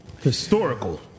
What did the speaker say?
Historical